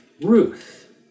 Ruth